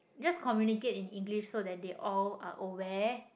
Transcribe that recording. just communicate in English so that they all aware